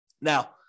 Now